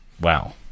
Wow